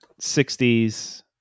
60s